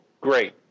great